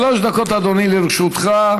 שלוש דקות, אדוני, לרשותך.